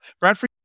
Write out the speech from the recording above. Bradford